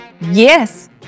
Yes